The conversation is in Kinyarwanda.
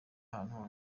ahantu